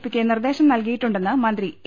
P യ്ക്ക് നിർദേശം നൽകിയിട്ടുണ്ടെന്ന് മന്ത്രി എ